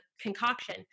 concoction